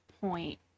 point